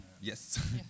yes